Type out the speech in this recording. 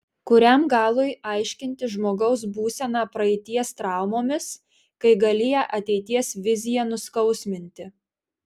kuriam galui aiškinti žmogaus būseną praeities traumomis kai gali ją ateities vizija nuskausminti